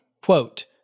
Quote